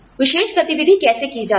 विशेष गतिविधि कैसे की जाती है